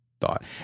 thought